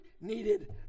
needed